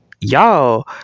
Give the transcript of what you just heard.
y'all